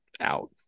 out